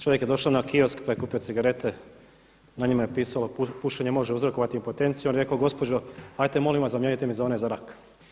Čovjek je došao na kiosk pa je kupio cigarete, na njima je pisalo pušenje može uzrokovati impotenciju, on je rekao gospođo ajte molim vas zamijenite mi one za rak.